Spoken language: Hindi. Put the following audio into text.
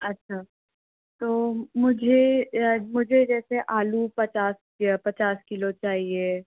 अच्छा तो मुझे मुझे मुझे जैसे आलू पचास ये पचास किलो चाहिए